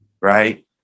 right